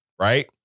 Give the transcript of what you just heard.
Right